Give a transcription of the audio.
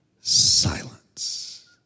silence